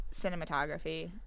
cinematography